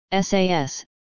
SAS